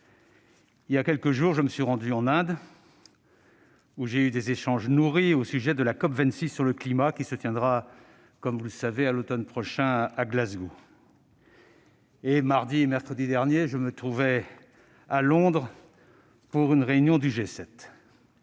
Il y a quelques jours, je me suis rendu en Inde, où j'ai eu des échanges nourris au sujet de la COP26 sur le climat, qui se tiendra l'automne prochain à Glasgow. Mardi et mercredi derniers, je me trouvais à Londres, pour une réunion du G7.